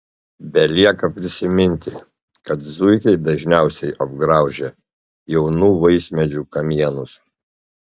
belieka prisiminti kad zuikiai dažniausiai apgraužia jaunų vaismedžių kamienus